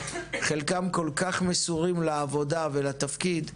חלקם כל כך מסורים לעבודה ולתפקיד,